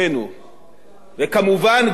וכמובן גם על אבינו שבשמים,